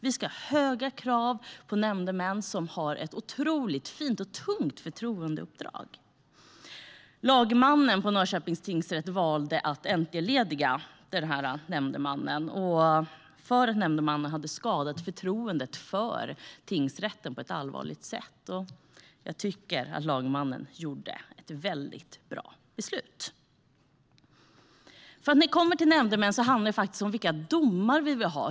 Vi ska ha höga krav på nämndemän, som har ett fint och tungt förtroendeuppdrag. Lagmannen i Norrköpings tingsrätt valde att entlediga nämndemannen i fråga för att nämndemannen hade skadat förtroendet för tingsrätten på ett allvarligt sätt. Jag tycker att lagmannen fattade ett bra beslut. Frågan om nämndemän handlar faktiskt om vilka domar vi vill ha.